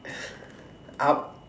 up